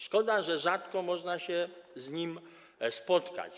Szkoda, że rzadko można się z nim spotkać.